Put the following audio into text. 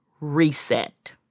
reset